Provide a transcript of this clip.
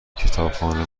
کتابخانه